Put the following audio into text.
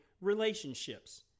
relationships